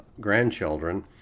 Grandchildren